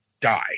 die